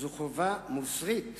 זו חובה מוסרית,